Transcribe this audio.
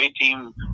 team